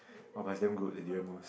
[wah] but is damn good the durian mousse